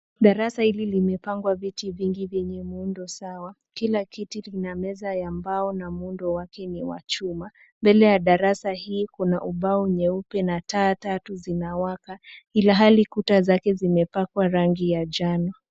Darasa hili limepangwa viti vingi vyenye muundo sawa. Kila kiti lina meza ya mbao na muundo wake ni wa chuma. Mbele ya darasa hii kuna ubao nyeupe na taa tatu zinawaka, ilhali kuta zake zimepakwa rangi ya njano.